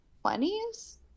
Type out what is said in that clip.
twenties